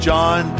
John